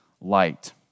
light